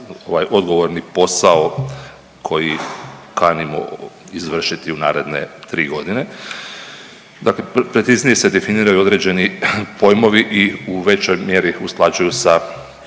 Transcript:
odgovorni posao koji kanimo izvršiti u naredne 3 godine. Dakle, preciznije se definiraju određeni pojmovi i u većoj mjeri usklađuju sa